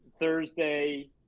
thursday